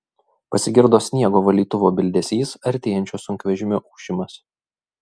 pasigirdo sniego valytuvo bildesys artėjančio sunkvežimio ūžimas